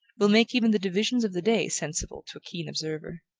will make even the divisions of the day sensible to a keen observer.